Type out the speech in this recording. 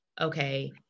Okay